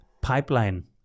pipeline